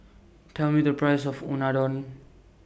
Tell Me The Price of Unadon